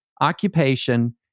occupation